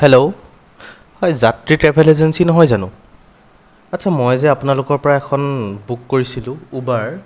hello হয় যাত্ৰী travel agency নহয় জানো আচ্ছা মই যে আপোনালোকৰ পৰা এখন বুক কৰিছিলোঁ উবাৰ